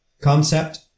concept